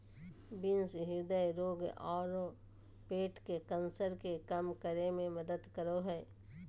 beans हृदय रोग आरो पेट के कैंसर के कम करे में मदद करो हइ